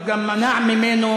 הוא גם מנע ממנו